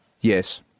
yes